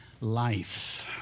life